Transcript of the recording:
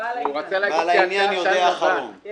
בעל העניין יודע אחרון.